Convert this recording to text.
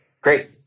great